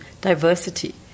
diversity